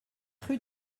rue